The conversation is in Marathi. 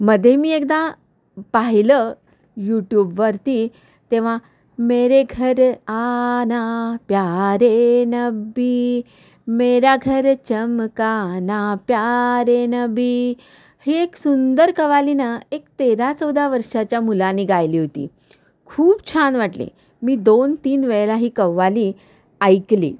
मध्ये मी एकदा पाहिलं यूट्यूबवरती तेव्हा मेरे घर आना प्यारे नबी मेरा घर चमकाना प्यारे नबी ही एक सुंदर कव्वाली ना एक तेरा चौदा वर्षाच्या मुलानी गायली होती खूप छान वाटली मी दोन तीन वेळेला ही कव्वाली ऐकली